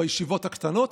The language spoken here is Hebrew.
בישיבות הקטנות,